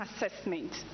assessment